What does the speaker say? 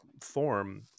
form